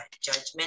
Judgment